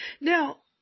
Now